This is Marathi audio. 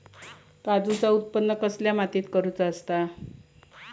काजूचा उत्त्पन कसल्या मातीत करुचा असता?